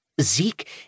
Zeke